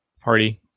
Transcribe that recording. party